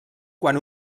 quan